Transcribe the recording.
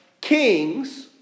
kings